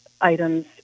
items